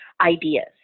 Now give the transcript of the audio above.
ideas